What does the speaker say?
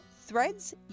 Threads